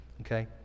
okay